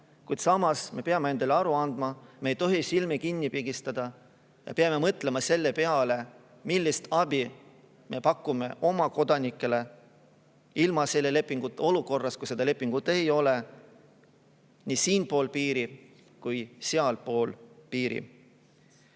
Kuid samas me peame endale aru andma: me ei tohi silmi kinni pigistada. Me peame mõtlema selle peale, millist abi me pakume oma kodanikele ilma selle lepinguta olukorras, kui seda lepingut ei ole ei siinpool piiri ega sealpool piiri.